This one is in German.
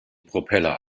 propeller